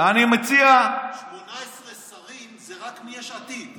18 שרים זה רק מיש עתיד.